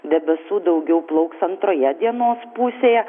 debesų daugiau plauks antroje dienos pusėje